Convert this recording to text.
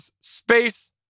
Space